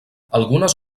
algunes